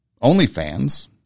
OnlyFans